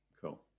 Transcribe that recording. cool